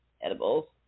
edibles